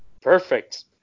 Perfect